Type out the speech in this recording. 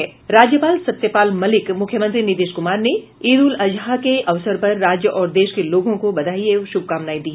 राज्यपाल सत्यपाल मलिक मूख्यमंत्री नीतीश कुमार ने ईद उल अजहा के अवसर पर राज्य और देश के लोगों को बधाई एवं शुभकामनाएं दी